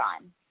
on